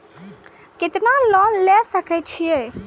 केतना लोन ले सके छीये?